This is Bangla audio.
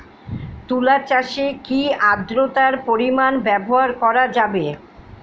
তুলা চাষে কি আদ্রর্তার পরিমাণ ব্যবহার করা যাবে?